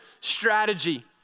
strategy